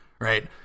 right